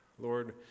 Lord